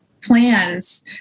plans